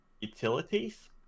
utilities